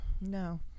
No